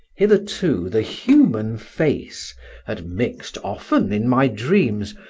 hitherto the human face had mixed often in my dreams,